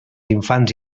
infants